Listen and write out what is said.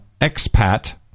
expat